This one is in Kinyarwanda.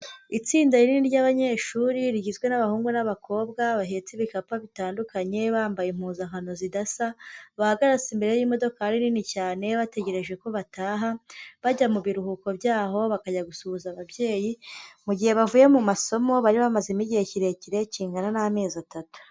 Itsinda rinini ry'abanyeshuri rigizwe n'abahungu n'abakobwa, bahetse ibikapu bitandukanye, bambaye impuzankano zidasa, bahagaze imbere y'imodokari rinini cyane, bategereje ko bataha bajya mu biruhuko byaho bakajya gusuhuza ababyeyi, mu gihe bavuye mu masomo, bari bamazemo igihe kirekire kingana n'amezi atatu.